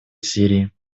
сирии